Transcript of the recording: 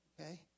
okay